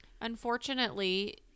Unfortunately